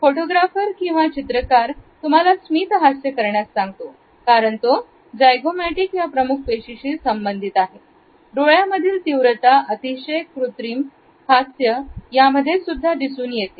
photographer किंवा चित्रकार तुम्हाला स्मितहास्य करण्यास सांगतो कारण ते जायगो मॅटिक या प्रमुख पेशीं शी संबंधित आहे डोळ्यांमधील तीव्रता अतिशय कृत्रिम हास्य यामध्येसुद्धा दिसून येते